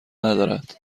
ندارد